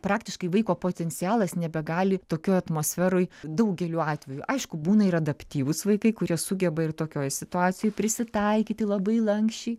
praktiškai vaiko potencialas nebegali tokioj atmosferoj daugeliu atveju aišku būna ir adaptyvūs vaikai kurie sugeba ir tokioj situacijoj prisitaikyti labai lanksčiai